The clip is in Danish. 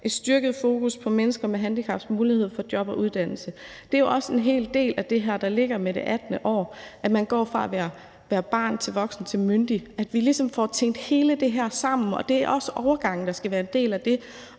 et styrket fokus på mennesker med handicaps mulighed for job og uddannelse. Det er jo også en hel del af det, der ligger i det med det 18. år, altså at man går fra at være barn til voksen og til myndig. Altså, vi skal ligesom få tænkt alt det her sammen, og det er også overgangen, der skal være en del af det.